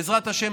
בעזרת השם,